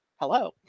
Hello